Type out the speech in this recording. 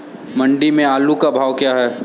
मंडी में आलू का भाव क्या है?